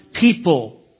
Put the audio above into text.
people